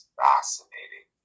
fascinating